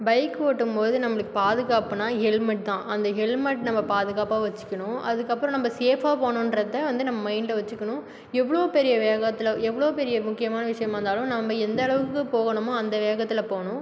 bike ஓட்டும் போது நம்பளுக்கு பாதுகாப்புனால் ஹெல்மெட் தான் அந்த ஹெல்மெட் நம்ம பாதுகாப்பாக வச்சுக்கணும் அதுக்கப்பறம் நம்ப சேஃப்பாக போணுன்றதை வந்து நம்ம மைண்டில் வச்சுக்கணும் எவ்வளோ பெரிய வேகத்தில் எவ்வளோ பெரிய முக்கியமான விஷயமாக இருந்தாலும் நம்ப எந்த அளவுக்கு போகணுமோ அந்த வேகத்தில் போகணும்